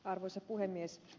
arvoisa puhemies